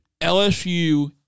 LSU